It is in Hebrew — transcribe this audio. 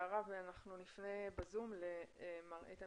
אנחנו נפנה ב-זום למר איתן